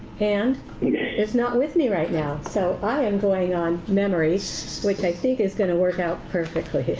and it's not with me right now. so i am going on memory, so which i think is going to work out perfectly.